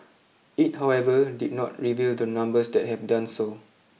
it however did not reveal the numbers that have done so